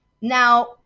now